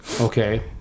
Okay